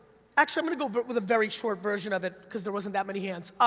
actually, i'm gonna go with a very short version of it, cause there wasn't that many hands.